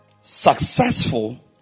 successful